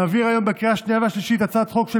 נעביר היום בקריאה השנייה והשלישית הצעת חוק של